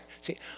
see